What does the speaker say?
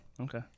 okay